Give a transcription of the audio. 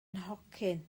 nhocyn